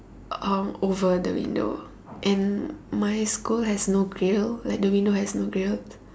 um over the window and my school has no grill like the window has no grill